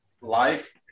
life